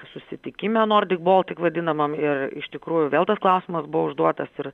susitikime nordik bolitk vadinamam ir iš tikrųjų vėl tas klausimas buvo užduotas ir